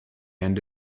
end